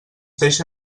deixa